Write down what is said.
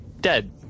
Dead